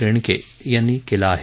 रेणके यांनी केलं आहे